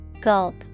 Gulp